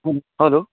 hello